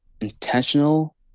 intentional